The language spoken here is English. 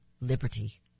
liberty